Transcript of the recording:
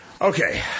Okay